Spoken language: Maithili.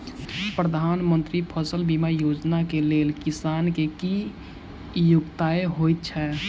प्रधानमंत्री फसल बीमा योजना केँ लेल किसान केँ की योग्यता होइत छै?